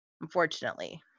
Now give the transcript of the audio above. unfortunately